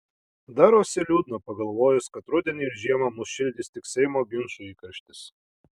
darosi liūdna pagalvojus kad rudenį ir žiemą mus šildys tik seimo ginčų įkarštis